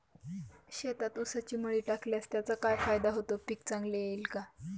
शेतात ऊसाची मळी टाकल्यास त्याचा काय फायदा होतो, पीक चांगले येईल का?